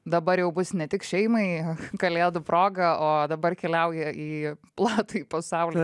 dabar jau bus ne tik šeimai kalėdų proga o dabar keliauja į platųjį pasaulį